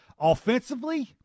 offensively